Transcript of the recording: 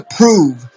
prove